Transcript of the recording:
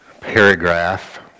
paragraph